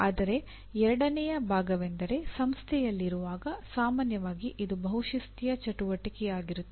ಆದರೆ ಎರಡನೆಯ ಭಾಗವೆಂದರೆ ಸಂಸ್ಥೆಯಲ್ಲಿರುವಾಗ ಸಾಮಾನ್ಯವಾಗಿ ಇದು ಬಹುಶಿಸ್ತೀಯ ಚಟುವಟಿಕೆಯಾಗಿರುತ್ತದೆ